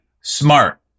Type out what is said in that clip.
smart